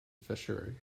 fishery